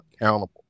accountable